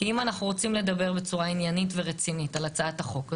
כי אם אנחנו רוצים לדבר בצורה עניינית ורצינית על הצעת החוק הזאת,